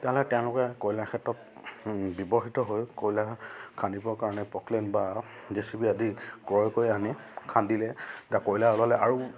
তেতিয়াহ'লে তেওঁলোকে কয়লাৰ ক্ষেত্ৰত ব্যৱহৃত হৈ কয়লা খান্দিবৰ কাৰণে পক্লেন বা জে চি বি আদি ক্ৰয় কৰি আনি খান্দিলে কয়লা ওলালে আৰু